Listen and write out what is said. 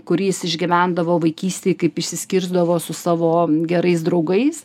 kurį jis išgyvendavo vaikystėj kaip išsiskirsdavo su savo gerais draugais